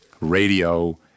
radio –